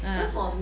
ah